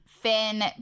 Finn